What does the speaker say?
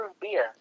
beer